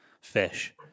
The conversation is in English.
fish